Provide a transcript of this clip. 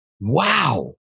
Wow